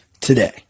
today